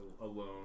alone